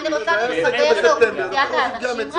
אני רוצה להתחבר לאוכלוסיית האנשים.